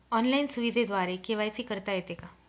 Online सुविधेद्वारे KYC करता येते का?